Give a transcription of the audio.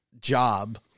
job